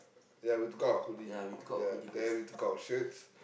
ya we took out our hoodie ya then we took out our shirts